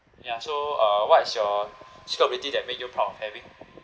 ya so uh what is your skill or ability that make you proud of having